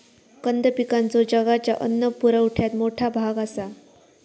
कंद पिकांचो जगाच्या अन्न पुरवठ्यात मोठा भाग आसा